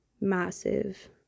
massive